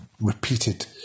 repeated